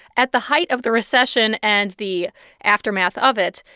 at the height of the recession and the aftermath of it,